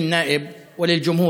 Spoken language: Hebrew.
ל-120 חברי הכנסת וגם לציבור,